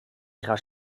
ihrer